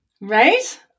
Right